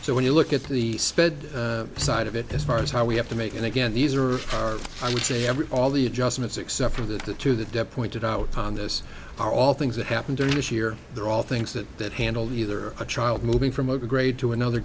so when you look at the sped side of it as far as how we have to make and again these are are i would say every all the adjustments except for the to the depth pointed out on this are all things that happen during this year there are all things that that handle either a child moving from a grade to another